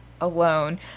alone